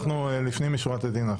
אנחנו לפנים משורת הדין.